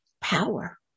power